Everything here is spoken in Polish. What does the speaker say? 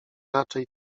raczej